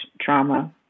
trauma